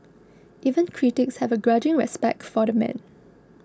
even critics have a grudging respect for the man